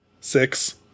Six